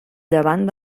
llevant